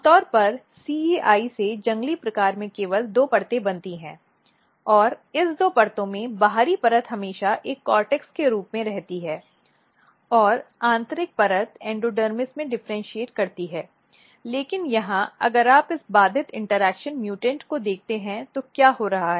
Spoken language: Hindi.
आम तौर पर CEI से जंगली प्रकार में केवल दो परतें बनती हैं और इस दो परतों में बाहरी परत हमेशा एक कॉर्टेक्स के रूप में रहती है और आंतरिक परत एंडोडर्मिस में डिफरेंटशिएट करती है लेकिन यहां अगर आप इस बाधित इंटरेक्शन म्यूटेंट में देखते हैं तो क्या हो रहा है